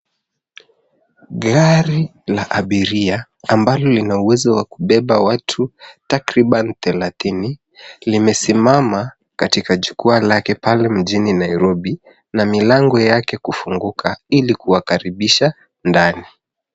Gari la abiria ambalo lina uwezo wa kubeba watu takriban watu thelathini limesimama katika jukwaa lange pale mjini Nairobi na milango yake kufunguka ili kuwakaribisha ndani.